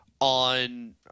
on